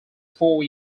four